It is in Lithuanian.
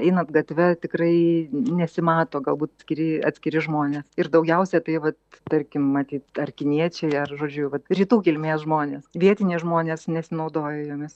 einat gatve tikrai nesimato galbūt skiri atskiri žmonės ir daugiausiai tai vat tarkim matyt ar kiniečiai ar žodžiu vat rytų kilmės žmones vietiniai žmonės nesinaudoja jomis